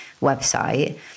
website